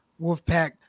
Wolfpack